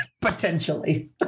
Potentially